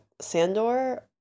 Sandor